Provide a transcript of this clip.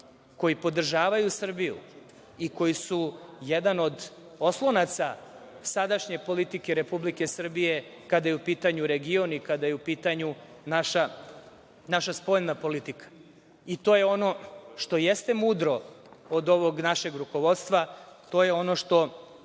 koje podržavaju Srbiju i koje su jedan od oslonaca sadašnje politike Republike Srbije, kada je u pitanju i kada je u pitanju naša spoljna politika. To je ono što jeste mudro od ovog našeg rukovodstva. To je ono što